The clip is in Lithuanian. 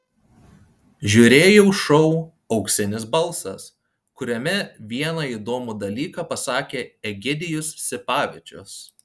žiūrėjau šou auksinis balsas kuriame vieną įdomų dalyką pasakė egidijus sipavičius